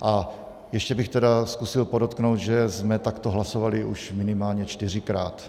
A ještě bych tedy zkusil podotknout, že jsme takto hlasovali už minimálně čtyřikrát.